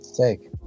take